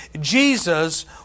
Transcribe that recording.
Jesus